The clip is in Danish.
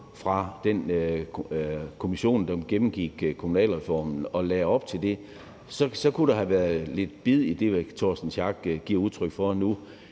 fra den kommission, der gennemgik kommunalreformen, og som den lagde op til, så kunne der have været lidt bid i det, hr. Torsten Schack Pedersen giver udtryk for nu.